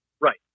right